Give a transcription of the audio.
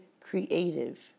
creative